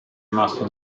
rimasto